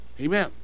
Amen